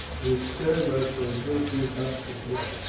will serve us for a drinking cup for today.